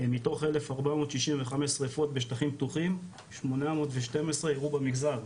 מתוך 1495 שריפות בשטחים פתוחים 812 אירעו במגזר,